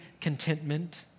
contentment